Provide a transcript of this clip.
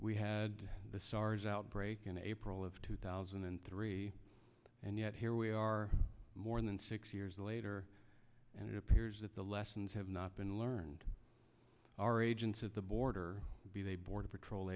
we had the sars outbreak in april of two thousand and three and yet here we are more than six years later and it appears that the lessons have not been learned our agents at the border be they border patrol